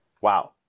Wow